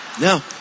No